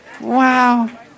Wow